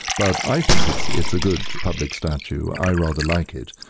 but i think it's it's a good public statue, i rather like it.